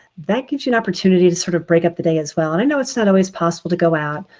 that gives you an opportunity to sort of break up the day as well. and i know it's not always possible to go out,